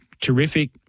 terrific